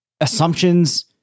assumptions